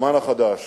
בזמן החדש